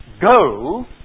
go